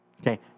Okay